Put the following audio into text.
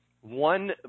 One